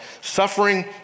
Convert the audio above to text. Suffering